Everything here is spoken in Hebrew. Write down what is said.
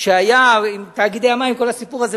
שהיה עם תאגידי המים וכל הסיפור הזה,